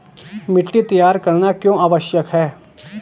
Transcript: मिट्टी तैयार करना क्यों आवश्यक है?